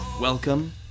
Welcome